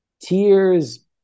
tears